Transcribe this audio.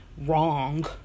wrong